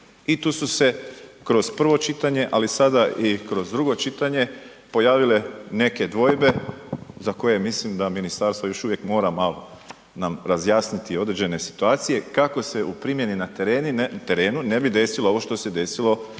I tu se kroz prvo čitanje, ali sada i kroz drugo čitanje pojavile neke dvojbe za koje mislim da ministarstvo još uvijek mora malo nam razjasniti određene situacije kako se u primjeni na terenu ne bi desilo ovo što se desilo